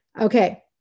Okay